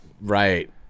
Right